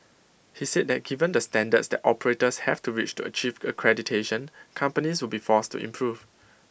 he said that given the standards that operators have to reach to achieve accreditation companies will be forced to improve